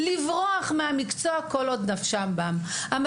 הכול כדי לברוח מהמקצוע כל עוד נפשן בן.